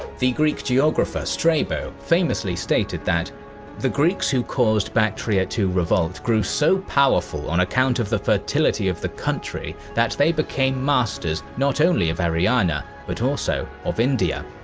the greek geographer strabo famously stated that the greeks who caused bactria to revolt grew so powerful on account of the fertility of the country that they became masters, not only of ariana, but also of india.